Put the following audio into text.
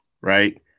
right